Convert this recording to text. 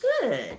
good